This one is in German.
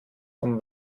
vom